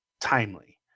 timely